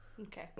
Okay